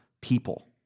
people